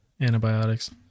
antibiotics